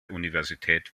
universität